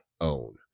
own